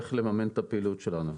איך לממן את הפעילות שלנו.